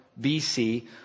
BC